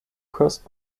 crossed